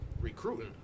Recruiting